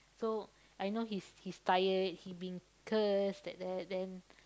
so I know he's he's tired he being cursed like that then